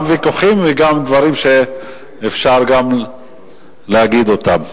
גם ויכוחים וגם דברים שאפשר להגיד אותם.